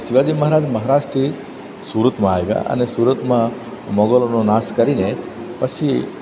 શિવાજી મહારજ મહારાષ્ટ્રથી સુરતમાં આવ્યા અને સુરતમાં મુગલોનો નાશ કરીને પછી